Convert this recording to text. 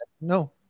No